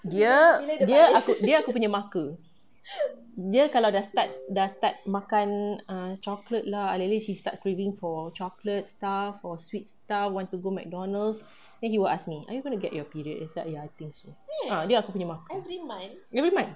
dia dia dia aku punya marker dia kalau dah start dah start kan chocolate lah ah that day she start craving for chocolate stuff or sweet stuff want to go mcdonald's then he will ask me are you going to get your period already so ya I think so dia aku punya marker every month